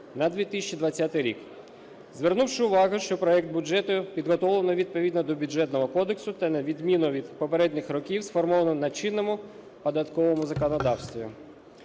на 2020 рік, звернувши увагу, що проект бюджету підготовлено відповідно до Бюджетного кодексу та на відміну від попередніх років сформовано на чинному податковому законодавстві.